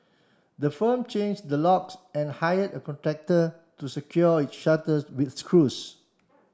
the firm changed the locks and hired a contractor to secure its shutter with screws